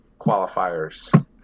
qualifiers